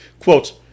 quote